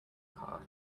car